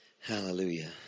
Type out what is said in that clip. Hallelujah